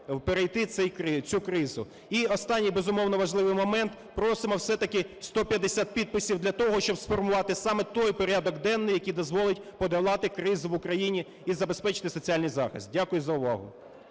перейти цю кризу. І останній, безумовно, важливий момент. Просимо все-таки 150 підписів для того, щоб сформувати саме той порядок денний, який дозволить подолати кризу в Україні і забезпечити соціальний захист. Дякую за увагу.